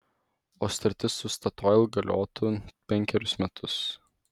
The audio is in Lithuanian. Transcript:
o sutartis su statoil galiotų penkerius metus